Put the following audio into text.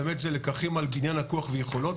באמת זה לקחים על בניין הכוח ויכולות.